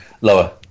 Lower